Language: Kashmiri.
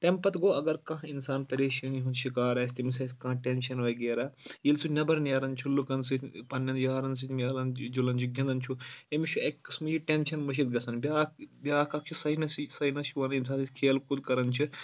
تَمہِ پَتہٕ گوٚو اگر کانٛہہ اِنسان پریشٲنی ہُنٛد شِکار آسہِ تٔمِس آسہِ کانٛہہ ٹؠنشَن وغیرہ ییٚلہِ سُہ نؠبَر نیران چھُ لُکَن سۭتۍ پَننؠن یارَن سۭتۍ میلَن جُلن چھِ گِنٛدان چھُ أمِس چھُ اَکہِ قٕسمہٕ یہِ ٹؠنشَن مٔشِد گژھان بیٛاکھ بیاکھ اکھ چھُ ساینسٕے ساینَس چھِ وَنان ییٚمہِ ساتہٕ أسۍ کھیل کوٗد کَران چھِ